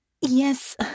Yes